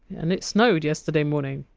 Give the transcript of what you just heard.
and it snowed yesterday morning.